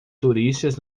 turistas